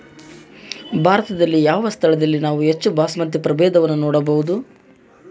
ಭಾರತದಲ್ಲಿ ಯಾವ ಸ್ಥಳದಲ್ಲಿ ನಾವು ಹೆಚ್ಚು ಬಾಸ್ಮತಿ ಪ್ರಭೇದವನ್ನು ನೋಡಬಹುದು?